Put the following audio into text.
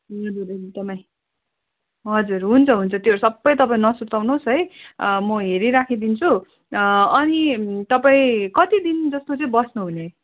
हजुर एकदमै हजुर हुन्छ हुन्छ त्यो सबै तपाईँ नसुर्ताउनु होस् है म हेरी राखिदिन्छु अनि तपाईँ कति दिन जस्तो चाहिँ बस्नुहुने